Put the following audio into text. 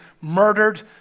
murdered